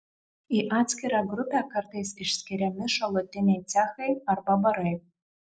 į atskirą grupę kartais išskiriami šalutiniai cechai arba barai